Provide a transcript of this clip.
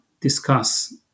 discuss